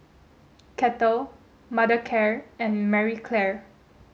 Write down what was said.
Kettle Mothercare and Marie Claire